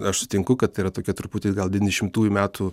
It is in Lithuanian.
aš sutinku kad yra tokia truputį gal devyni šimtųjų metų